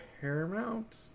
Paramount